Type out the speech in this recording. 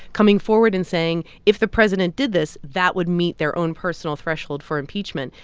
coming forward and saying if the president did this, that would meet their own personal threshold for impeachment.